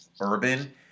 Urban